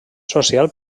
social